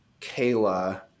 Kayla